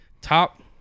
top